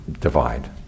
Divide